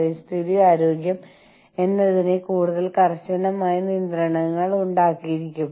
മാർബിളിനെ ഹിന്ദിയിൽ കാഞ്ച എന്ന് വിളിക്കുന്നു